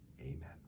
Amen